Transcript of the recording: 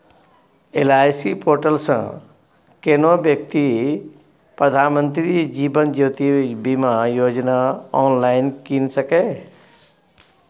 LIC portal सँ कोनो बेकती प्रधानमंत्री जीबन ज्योती बीमा योजना आँनलाइन कीन सकैए